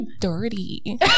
dirty